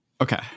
okay